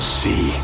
see